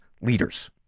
leaders